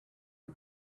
you